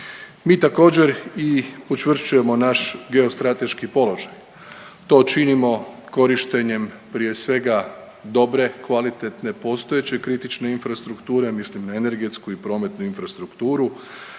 Mi također i učvršćujemo naš geostrateški položaj. To činimo korištenjem prije svega dobre, kvalitetne postojeće kritične infrastrukture mislim na energetsku i prometu infrastrukturu,